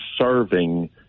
serving